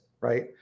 right